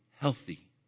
healthy